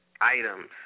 items